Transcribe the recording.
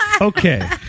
okay